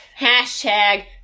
Hashtag